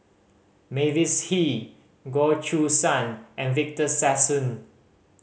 Mavis Hee Goh Choo San and Victor Sassoon